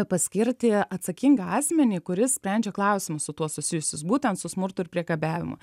paskirti atsakingą asmenį kuris sprendžia klausimus su tuo susijusius būtent su smurtu ir priekabiavimu